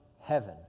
heaven